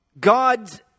God's